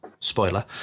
spoiler